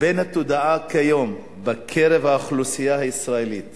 בין התודעה כיום בקרב האוכלוסייה הישראלית